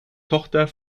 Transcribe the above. tochter